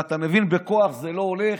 ואתה מבין, בכוח זה לא הולך,